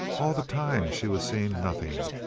all the time she was seeing nothing,